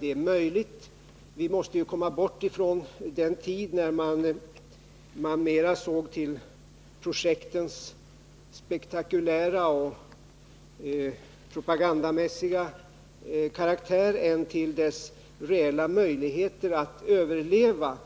Det är möjligt. Vi måste komma bort från den tid då man mera såg till projektens spektakulära och propagandamässiga karaktär än till deras reella möjlighet att överleva